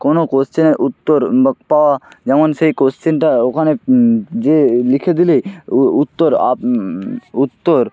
কোনো কোশ্চেনের উত্তর বা পাওয়া যেমন সেই কোশ্চেনটা ওখানে যেয়ে লিখে দিলে উ উ উত্তর আপ উত্তর